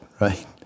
right